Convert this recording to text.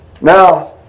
now